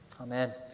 Amen